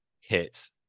hits